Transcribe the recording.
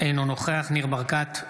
אינו נוכח ניר ברקת,